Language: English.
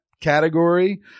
category